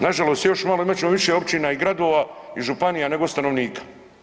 Nažalost još malo imat ćemo više općina i gradova i županija nego stanovnika.